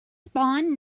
spawn